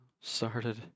started